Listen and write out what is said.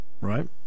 right